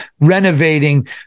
renovating